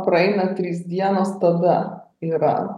praeina trys dienos tada yra